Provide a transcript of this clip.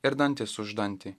ir dantis už dantį